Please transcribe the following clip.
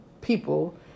people